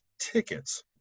tickets